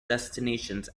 destinations